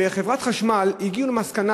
בחברת החשמל הגיעו למסקנה,